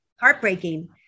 heartbreaking